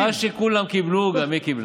מה שכולם קיבלו גם היא קיבלה.